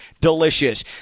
delicious